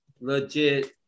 legit